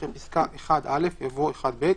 אחרי פסקה (1א) יבוא: "(1ב)